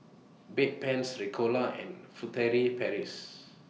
Bedpans Ricola and Furtere Paris